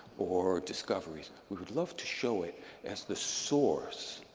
or discoveries. we would love to show it as the source